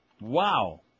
Wow